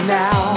now